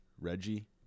Reggie